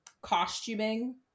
costuming